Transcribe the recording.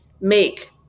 make